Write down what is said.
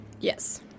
Yes